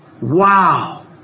Wow